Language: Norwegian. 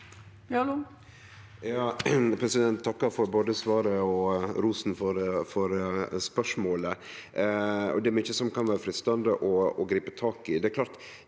takkar for både svaret og rosen for spørsmålet. Det er mykje det kan vere freistande å gripe tak i.